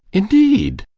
indeed!